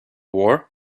war